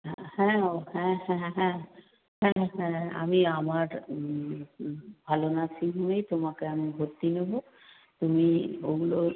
হ্যাঁ হ্যাঁ হ্যাঁ হ্যাঁ হ্যাঁ হ্যাঁ হ্যাঁ আমি আমার ভালো নার্সিং হোমেই তোমাকে আমি ভর্তি নেবো তুমি ওগুলো